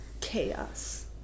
chaos